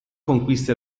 conquista